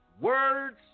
Words